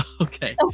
Okay